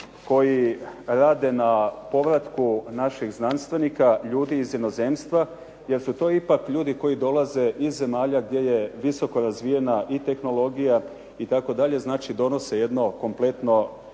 koji rade na povratku naših znanstvenika ljudi iz inozemstva jer su to ipak ljudi koji dolaze iz zemalja gdje je visoko razvijena i tehnologija itd., znači donose jedno kompletno